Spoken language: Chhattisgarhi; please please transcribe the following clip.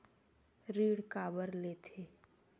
ऋण काबर लेथे?